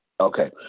Okay